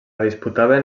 disputaven